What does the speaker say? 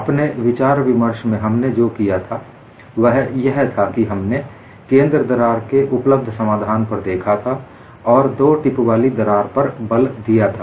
अपने विचार विमर्श में हमने जो किया था वह यह था कि हमने केंद्र दरार के उपलब्ध समाधान पर देखा था और दो टिप वाली दरार पर बल दिया था